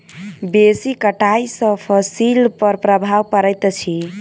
बेसी कटाई सॅ फसिल पर प्रभाव पड़ैत अछि